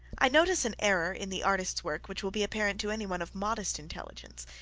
i notice an error in the artist's work which will be apparent to any one of moderate intelligence,